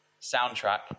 soundtrack